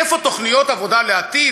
איפה תוכניות עבודה לעתיד?